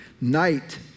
Night